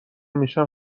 میشم